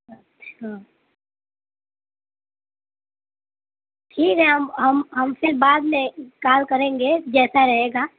اچھا ٹھیک ہے ہم ہم پھر بعد میں کال کریں گے جیسا رہے گا